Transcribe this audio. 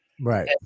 Right